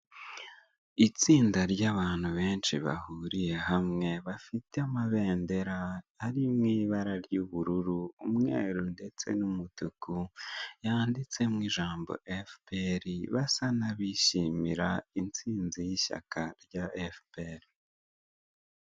Itsinda ry'abantu benshi bahuriye hamwe, bafite amabendera ari mu ibara ry'ubururu, umweru ndetse n'umutuku yanditsemo ijambo efuperi, basa nk'abishimira insinzi y'ishyaka rya efuperi.